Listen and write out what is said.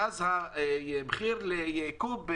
ואז המחיר לקוב הוא